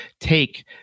take –